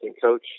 coach